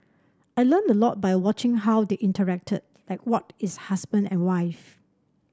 I learnt a lot by watching how they interacted like what is husband and wife